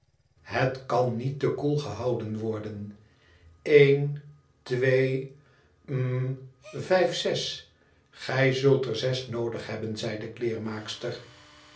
het kan niet te koel gehouden worden ten twee hm i vijf zes gij zult er zes noodig hebben zei de kleermaakster